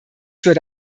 würde